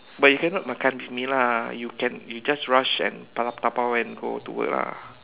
but you cannot makan with me lah you can you just rush and dabao and go to work lah